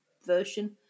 version